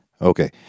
Okay